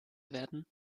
werden